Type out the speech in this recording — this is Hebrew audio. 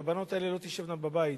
והבנות האלה לא תשבנה בבית.